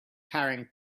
carrying